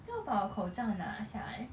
then 我把我口罩拿下来